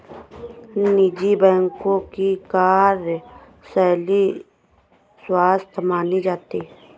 निजी बैंकों की कार्यशैली स्वस्थ मानी जाती है